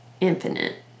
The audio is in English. infinite